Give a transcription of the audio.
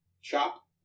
shop